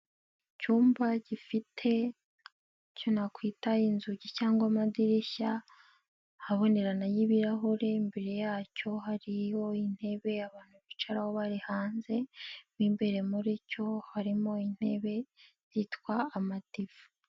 Icyumba gifite icyo nakwita inzugi cyangwa amadirishya, abonerana y'ibirahure mbere yacyo hari intebe abantu bicaraho bari hanze, mo imbere muri cyo harimo intebe yitwa amadiva.